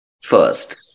first